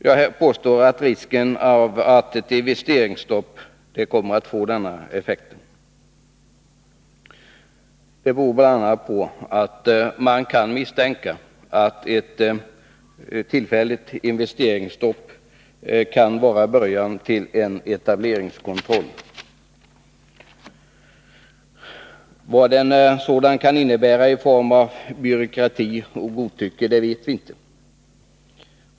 Jag vill påstå att risken för ett investeringsstopp kommer att få en stagnerande effekt. Det beror bl.a. på att man kan misstänka att ett tillfälligt investeringsstopp kan vara början till en etableringskontroll. Vad en sådan kan innebära i form av byråkrati och godtycke vet vi inte.